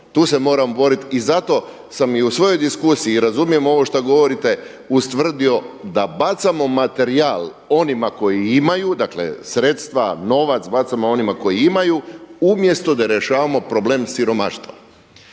tu se moram boriti i zato sam i u svojoj diskusiji i razumijem ovo što govorite ustvrdio da bacamo materijal onima koji imaju, dakle sredstva, novac bacamo onima koji imaju umjesto da rješavamo problem siromaštva.